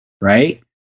right